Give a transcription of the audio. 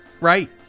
Right